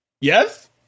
Yes